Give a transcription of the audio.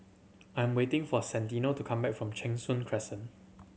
I am waiting for Santino to come back from Cheng Soon Crescent